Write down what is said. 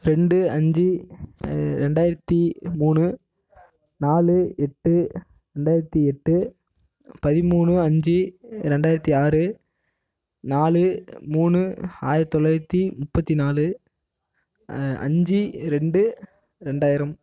ரெண்டு அஞ்சு ரெண்டாயிரத்தி மூணு நாலு எட்டு ரெண்டாயிரத்தி எட்டு பதிமூணு அஞ்சு ரெண்டாயிரத்தி ஆறு நாலு மூணு ஆயிரத்தி தொள்ளாயிரத்தி முப்பத்தி நாலு அஞ்சு ரெண்டு ரெண்டாயிரம்